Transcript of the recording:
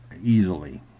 easily